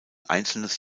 einzelnes